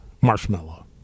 marshmallow